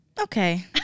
Okay